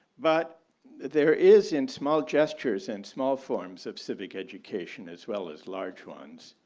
but there is in small gestures and small forms of civic education as well as large ones.